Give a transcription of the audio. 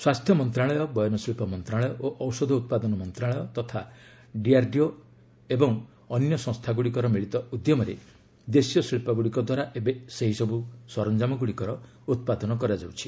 ସ୍ୱାସ୍ଥ୍ୟ ମନ୍ତ୍ରଣାଳୟ ବୟନଶିଳ୍ପ ମନ୍ତ୍ରଣାଳୟ ଓ ଔଷଧ ଉତ୍ପାଦନ ମନ୍ତ୍ରଣାଳୟ ତଥା ଡିଆର୍ଡିଓ ଏବଂ ଅନ୍ୟ ସଂସ୍ଥାଗୁଡ଼ିକର ମିଳିତ ଉଦ୍ୟମରେ ଦେଶୀୟ ଶିଳ୍ପଗୁଡ଼ିକ ଦ୍ୱାରା ଏବେ ଏହି ସବୁ ସରଞ୍ଜାମଗୁଡ଼ିକର ଉତ୍ପାଦନ କରାଯାଉଛି